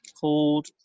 called